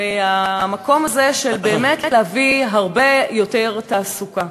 והמקום הזה, של באמת להביא הרבה יותר תעסוקה,